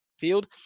field